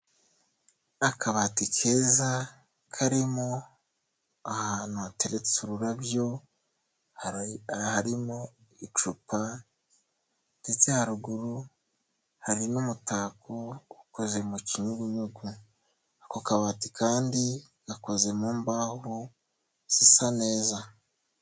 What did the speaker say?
Akabati keza karimo ahantu hateretse ururabyo, harimo icupa ndetse haruguru hari n'umutako ukoze mu kinyugunyugu, ako kabati kandi gakoze mu mbaho zisa neza.